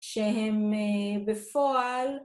שהם א...בפועל,